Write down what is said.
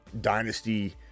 dynasty